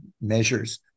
measures